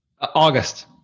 August